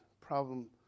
problem